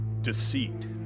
deceit